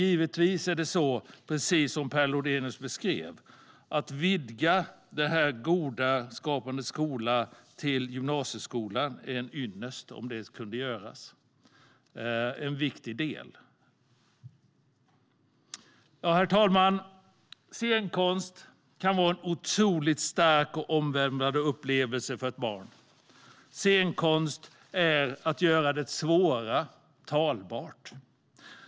Givetvis är det så som Per Lodenius beskrev: Det vore en ynnest om det goda Skapande skola kunde vidgas till att också omfatta gymnasieskolan. Det är viktigt. Herr talman! Scenkonst kan vara en otroligt stark och omvälvande upplevelse för ett barn. Scenkonst är att göra det svåra talbart.